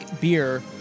beer